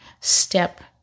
step